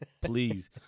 please